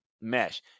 mesh